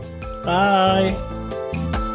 Bye